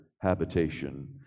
habitation